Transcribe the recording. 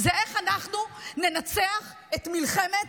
אנחנו במלחמת,